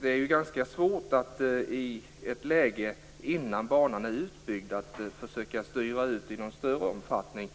Det är ju ganska svårt att i ett läge innan banan är utbyggd försöka styra ut transporter i någon större omfattning,